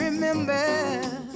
Remember